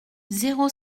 zéro